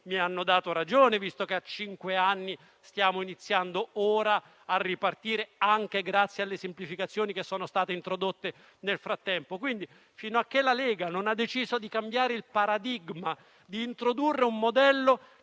mi hanno dato ragione, visto che a cinque anni stiamo iniziando ora a ripartire, anche grazie alle semplificazioni che sono state introdotte nel frattempo. Come dicevo, ciò è avvenuto finché la Lega non ha deciso di cambiare il paradigma e introdurre un modello